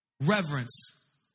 Reverence